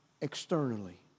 externally